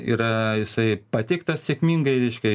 yra jisai pateiktas sėkmingai reiškia